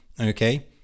okay